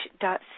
dot